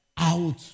out